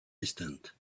distant